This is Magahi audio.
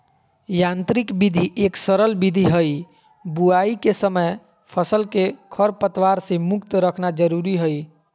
यांत्रिक विधि एक सरल विधि हई, बुवाई के समय फसल के खरपतवार से मुक्त रखना जरुरी हई